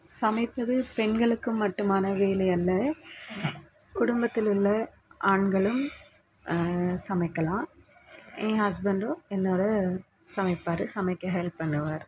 சமைப்பது பெண்களுக்கு மட்டுமான வேலை அல்ல குடும்பத்தில் உள்ள ஆண்களும் சமைக்கலாம் என் ஹஸ்பண்டும் என்னோடு சமைப்பார் சமைக்க ஹெல்ப் பண்ணுவார்